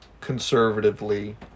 conservatively